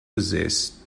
possess